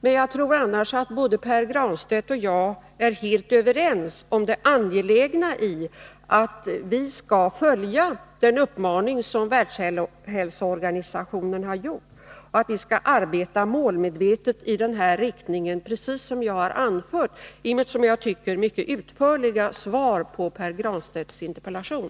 Men jag tror annars att Pär Granstedt och jag är helt överens om det angelägna i att vi skall följa den uppmaning som Världshälsoorganisationen har gjort, att vi skall arbeta målmedvetet i denna riktning — precis som jag har anfört i mitt som jag tycker mycket utförliga svar på Pär Granstedts interpellation.